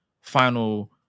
final